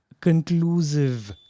conclusive